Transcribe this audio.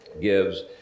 gives